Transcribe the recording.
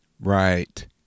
Right